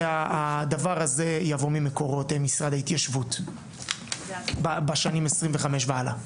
והדבר הזה יבוא ממקורות משרד ההתיישבות בשנים 2025 והלאה.